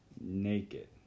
naked